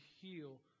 heal